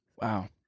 Wow